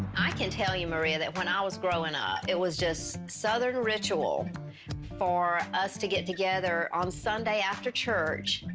i can tell you, maria, that when i was growing up, it was just southern ritual for us to get together on sunday after church.